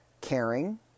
caring